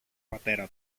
πατέρα